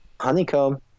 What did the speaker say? honeycomb